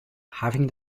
having